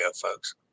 folks